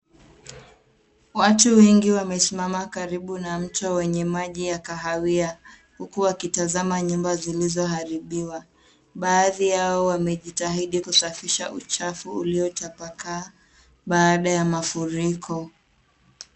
Watu wengi wamesimama karibu na mto wenye maji ya kahawia huku wakitazama nyumba zilizoharibiwa. Baadhi yao wamejitahidi kusafisha uchafu uliochapaka baada ya mafuriko.